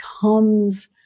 comes